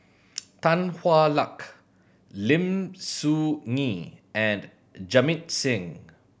Tan Hwa Luck Lim Soo Ngee and Jamit Singh